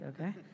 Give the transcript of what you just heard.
Okay